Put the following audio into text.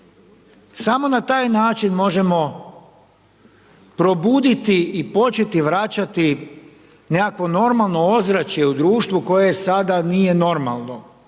Samo na taj način možemo probuditi i početi vraćati nekakvo normalno ozračje u društvu koje sada nije normalno,